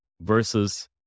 versus